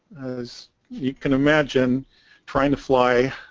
as you can imagine trying to fly